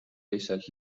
lihtsalt